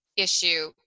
Issue